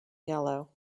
yellow